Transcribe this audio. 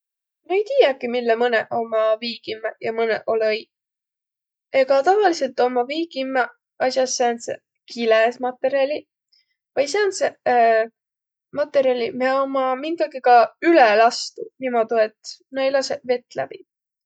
Ma-i tiiäki, mille mõnõq ommaq viikimmäq ja mõnõq olõ õiq. Egaq tavaliselt ommaq viikimmäq as'aq säändseq kilematerjaliq vai säändseq materjaiq, miä ommaq minkagigaq üle lastuq niimoodu, et na ei lasõq vett läbi.